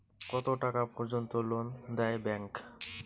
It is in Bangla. কত টাকা পর্যন্ত লোন দেয় ব্যাংক?